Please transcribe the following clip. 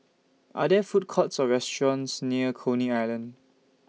Are There Food Courts Or restaurants near Coney Island